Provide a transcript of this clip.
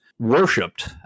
Worshipped